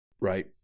Right